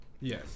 Yes